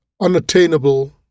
unattainable